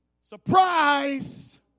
Surprise